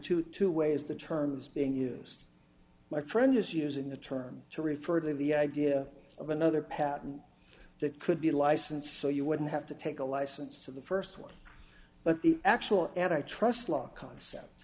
twenty two ways the term is being used my friend is using the term to refer to the idea of another patent that could be licensed so you wouldn't have to take a license to the st one but the actual and i trust law concept